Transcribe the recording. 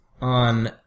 on